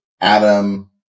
Adam